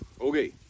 Okay